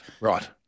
Right